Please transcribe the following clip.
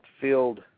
field